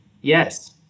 yes